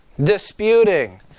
disputing